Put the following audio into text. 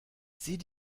sieh